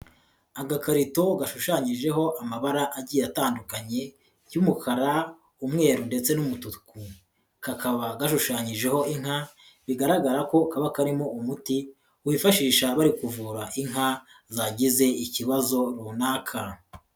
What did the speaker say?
Agakarito gashushanyijeho amabara agiye atandukanye y'umukara, umweru ndetse n'umutuku. Kakaba gashushanyijeho inka, bigaragara ko kaba karimo umuti wifashisha bari kuvura inka zagize ikibazo runaka.